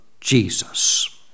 Jesus